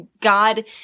God